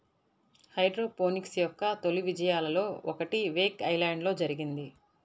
hydroponics యొక్క తొలి విజయాలలో ఒకటి వేక్ ఐలాండ్లో జరిగింది